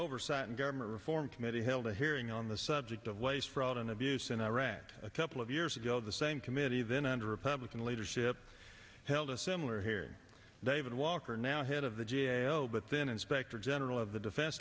oversight and government reform committee held a hearing on the subject of waste fraud and abuse and i read a couple of years ago the same committee then under republican leadership held a similar here david walker now head of the g a o but then inspector general of the defense